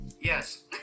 Yes